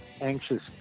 anxious